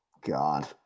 God